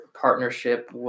partnership